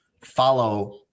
follow –